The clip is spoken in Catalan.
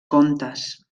contes